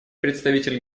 представитель